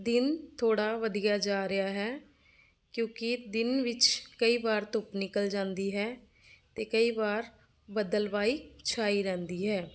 ਦਿਨ ਥੋੜ੍ਹਾ ਵਧੀਆ ਜਾ ਰਿਹਾ ਹੈ ਕਿਉਂਕਿ ਦਿਨ ਵਿੱਚ ਕਈ ਵਾਰ ਧੁੱਪ ਨਿਕਲ ਜਾਂਦੀ ਹੈ ਅਤੇ ਕਈ ਵਾਰ ਬੱਦਲ ਬਾਈ ਛਾਈ ਰਹਿੰਦੀ ਹੈ